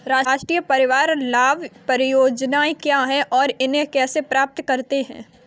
राष्ट्रीय परिवार लाभ परियोजना क्या है और इसे कैसे प्राप्त करते हैं?